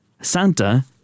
Santa